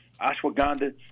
Ashwagandha